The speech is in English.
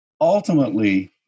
ultimately